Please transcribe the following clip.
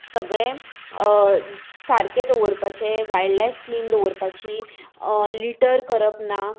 सगळें सारकें दवरपाचें वायल्ड लायफ क्लीन दवरपाची लिटर करप ना